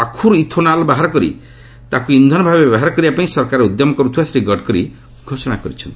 ଆଖୁରୁ ethanol ବାହାର କରି ତାକୁ ଇନ୍ଧନ ଭାବେ ବ୍ୟବହାର କରିବା ପାଇଁ ସରକାର ଉଦ୍ୟମ କରୁଥିବା ଶ୍ରୀ ଗଡକରୀ ଘୋଷଣା କରିଚ୍ଛନ୍ତି